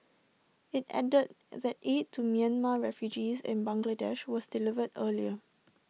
IT added that aid to Myanmar refugees in Bangladesh was delivered earlier